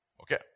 Okay